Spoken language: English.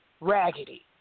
raggedy